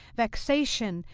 vexation,